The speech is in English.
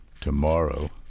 Tomorrow